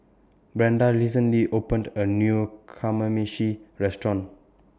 Brenda recently opened A New Kamameshi Restaurant